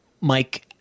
Mike